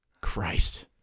Christ